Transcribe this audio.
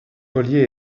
ollier